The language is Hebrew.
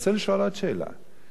לעשות דברים בלתי חוקיים,